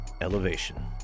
Elevation